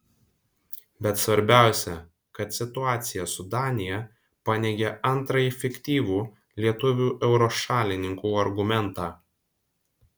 bet svarbiausia kad situacija su danija paneigia antrąjį fiktyvų lietuvių euro šalininkų argumentą